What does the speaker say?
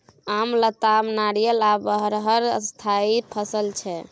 आम, लताम, नारियर आ बरहर स्थायी फसल छै